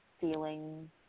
feeling